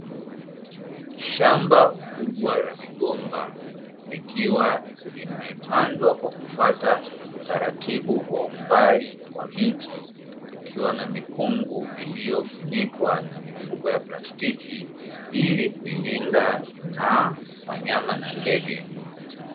Shamba kubwa la migomba likiwa limepandwa kwa kufwata utaratibu wa umbali wa miti ukiwa na mikungu iliyofunikwa na mifuko ya plastiki ili kuilinda na wanyama na ndege.